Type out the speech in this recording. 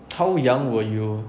how young were you